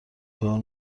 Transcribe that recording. کار